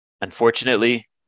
Unfortunately